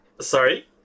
sorry